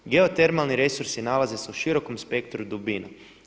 Geotermalni resursi nalaze se u širokom spektru dubina.